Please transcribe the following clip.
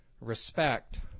respect